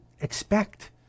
expect